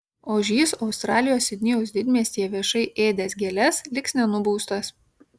ožys australijos sidnėjaus didmiestyje viešai ėdęs gėles liks nenubaustas